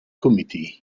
committee